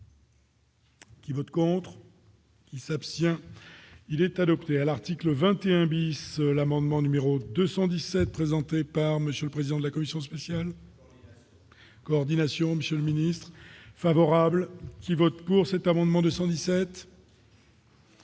qui vote pour. Il s'abstient, il est adopté à l'article 21 bis, l'amendement numéro 217 présenté par monsieur le président de la commission spéciale. Coordination Monsieur le Ministre favorable qui votent pour cet amendement 217.